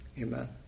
Amen